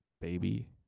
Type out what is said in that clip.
baby